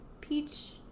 peach